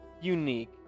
unique